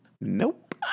Nope